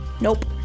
Nope